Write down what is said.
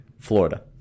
Florida